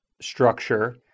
structure